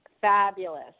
fabulous